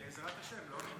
בעזרת השם, לא?